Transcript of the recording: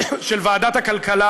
של ועדת הכלכלה,